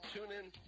TuneIn